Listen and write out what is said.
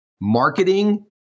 Marketing